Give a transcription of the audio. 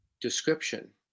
description